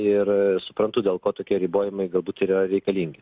ir suprantu dėl ko tokie ribojimai galbūt ir yra reikalingi